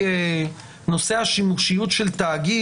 זה סוויץ' חשיבתי,